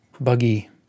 buggy